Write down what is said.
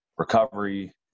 Recovery